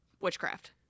Witchcraft